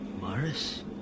Morris